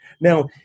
Now